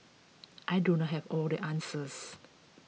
I do not have all the answers